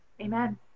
amen